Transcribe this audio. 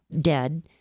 Dead